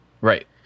Right